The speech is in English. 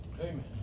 Amen